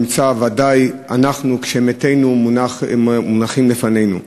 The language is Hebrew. ודאי אנחנו כשמתינו מונחים לפנינו.